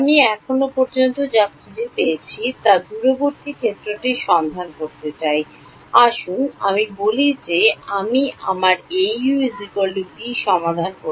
আমি এখন পর্যন্ত যা খুজে পেয়েছি তা দূরবর্তী ক্ষেত্রটি সন্ধান করতে চাই আসুন আমি বলি যে আমি আমার Au b সমাধান করেছি